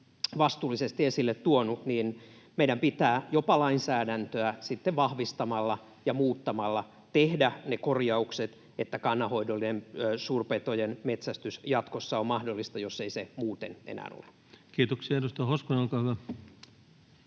vastuullisesti esille tuonut, meidän pitää jopa lainsäädäntöä vahvistamalla ja muuttamalla tehdä ne korjaukset, että kannanhoidollinen suurpetojen metsästys jatkossa on mahdollista, jos ei se muuten enää ole. Kiitoksia. — Edustaja Hoskonen, olkaa hyvä.